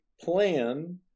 plan